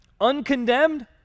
uncondemned